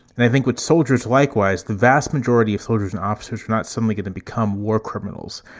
and i think what soldiers likewise the vast majority of soldiers and officers not suddenly going to become war criminals,